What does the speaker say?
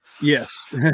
Yes